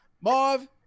Marv